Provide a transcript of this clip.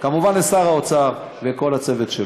כמובן לשר האוצר ולכל הצוות שלו,